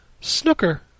Snooker